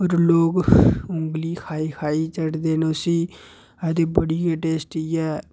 लोक इम्बली खाई खाई चट्टदे न उसी होर एह् बड़ी गै टेस्टी ऐ